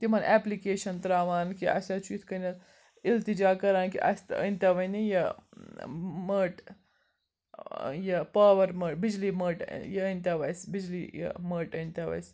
تِمَن ایٚپلِکیشَن ترٛاوان کہِ اسہِ حظ چھُ یِتھ کٔنۍ اِلتِجا کَران کہِ اسہِ أنتَو وَنہِ یہِ ٲں مٔٹ ٲں یہِ پاوَر مٔٹ بجلی مٔٹ ٲٕ یہِ أنتَو اسہِ بجلی یہِ ٲں مٔٹ أنتَو اسہِ